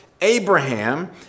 Abraham